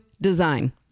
design